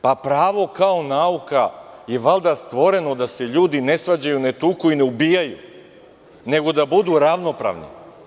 Pravo kao nauka je valjda stvoreno da se ljudi ne svađaju, ne tuku i ne ubijaju, nego da budu ravnopravni.